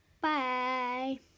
Bye